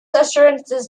assurances